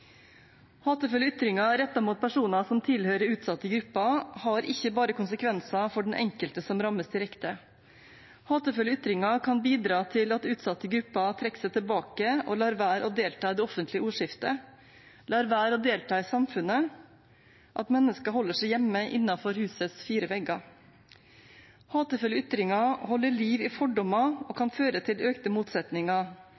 hatefulle ytringer. Hatefulle ytringer rettet mot personer som tilhører utsatte grupper, har ikke bare konsekvenser for den enkelte som rammes direkte. Hatefulle ytringer kan bidra til at utsatte grupper trekker seg tilbake og lar være å delta i det offentlige ordskiftet, lar være å delta i samfunnet – at mennesker holder seg hjemme, innenfor husets fire vegger. Hatefulle ytringer holder liv i fordommer og